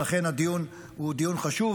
ולכן הדיון הוא דיון חשוב.